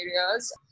areas